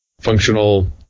functional